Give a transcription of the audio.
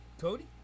Cody